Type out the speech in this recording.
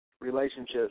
relationships